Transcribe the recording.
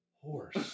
horse